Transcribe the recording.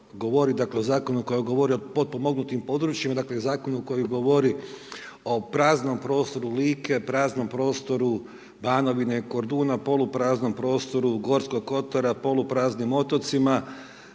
Zakonu koja govori o potpomognutim područjima, dakle, Zakonu koji govori o praznom prostoru Like, praznom prostoru Banovine, Korduna, polupraznom prostoru Gorskog Kotara, polupraznim otocima,